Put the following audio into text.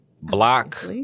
Block